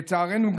לצערנו,